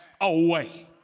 away